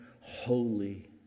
holy